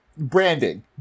branding